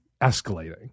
escalating